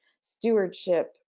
stewardship